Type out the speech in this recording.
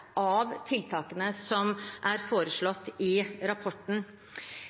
av tiltakene som er foreslått i rapporten.